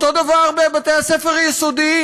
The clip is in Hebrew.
אותו דבר בבתי-הספר היסודיים,